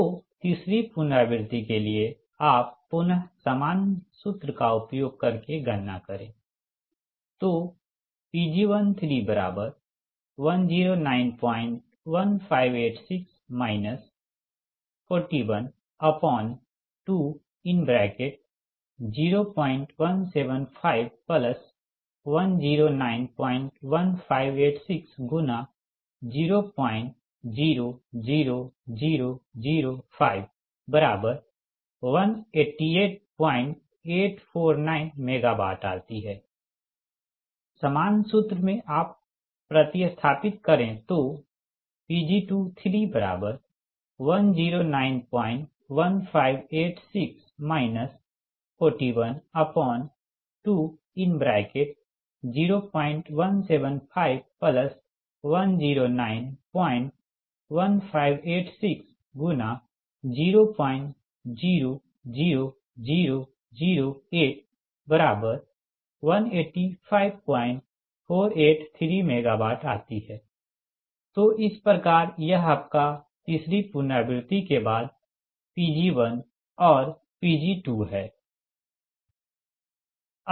तो तीसरी पुनरावृति के लिए आप पुनः सामान सूत्र का उपयोग करके गणना करे तोPg11091586 41201751091586×000005188849 MWआती है सामान सूत्र में आप प्रति स्थापित करें तो Pg21091586 41201751091586×000008185483 MW आती है तो इस प्रकार यह आपका तीसरी पुनरावृति के बाद Pg1और Pg2 है